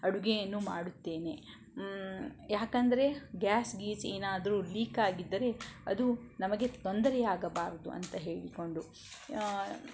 ಅಡುಗೆಯನ್ನು ಮಾಡುತ್ತೇನೆ ಯಾಕಂದರೆ ಗ್ಯಾಸ್ ಗೀಸ್ ಏನಾದರೂ ಲೀಕ್ ಆಗಿದ್ದರೆ ಅದು ನಮಗೆ ತೊಂದರೆ ಆಗಬಾರದು ಅಂತ ಹೇಳಿಕೊಂಡು